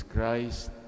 Christ